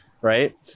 right